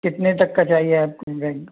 कितने तक का चाहिए आपको बैग